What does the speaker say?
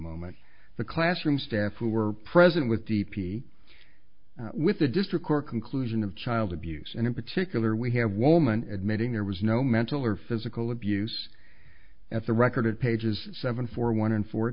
moment the classroom staff who were present with d p with the district court conclusion of child abuse and in particular we have woman admitting there was no mental or physical abuse as a record of pages seven for one and for